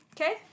Okay